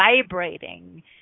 vibrating